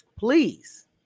Please